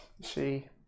See